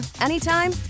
anytime